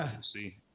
see